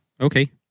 okay